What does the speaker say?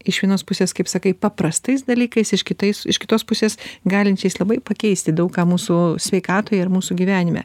iš vienos pusės kaip sakai paprastais dalykais iš kitais iš kitos pusės galinčiais labai pakeisti daug ką mūsų sveikatoj ir mūsų gyvenime